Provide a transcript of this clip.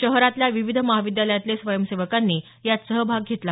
शहरातील विविध महाविद्यालयातील स्वयंसेवकांनी यात सहभाग घेतला